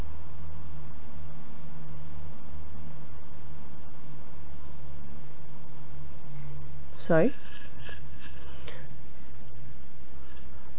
sorry